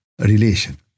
relation